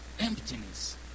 Emptiness